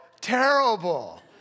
terrible